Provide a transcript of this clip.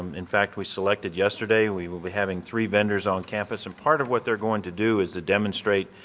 in fact we selected yesterday, we will be having three vendors on campus and part of what they are going to do is to demonstrate,